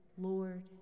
Lord